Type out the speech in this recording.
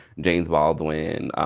james baldwin,